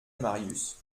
marius